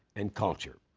and culture.